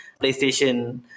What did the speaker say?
PlayStation